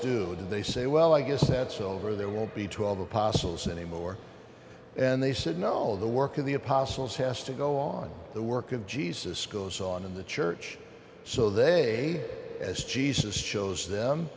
do they say well i guess that's over there won't be twelve apostles anymore and they said no all the work of the apostles has to go on the work of jesus goes on in the church so they as jesus shows them